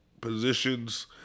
positions